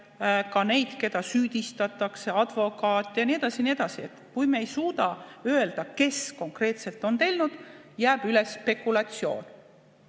ka neid, keda süüdistatakse, advokaate jne. Kui me ei suuda öelda, kes konkreetselt on seda teinud, jääb üles spekulatsioon.